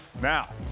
now